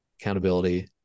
accountability